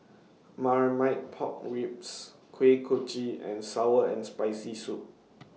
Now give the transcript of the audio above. Marmite Pork Ribs Kuih Kochi and Sour and Spicy Soup